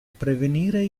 prevenire